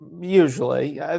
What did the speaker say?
usually